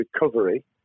recovery